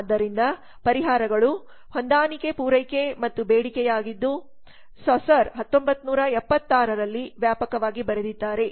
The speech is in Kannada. ಆದ್ದರಿಂದ ಪರಿಹಾರಗಳು ಹೊಂದಾಣಿಕೆ ಪೂರೈಕೆ ಮತ್ತು ಬೇಡಿಕೆಯಾಗಿದ್ದು ಸಾಸರ್ 1976 ರಲ್ಲಿ ವ್ಯಾಪಕವಾಗಿ ಬರೆದಿದ್ದಾರೆ